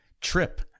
trip